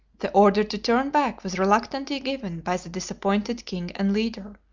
the order to turn back was reluctantly given by the disappointed king and leader.